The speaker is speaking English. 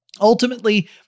Ultimately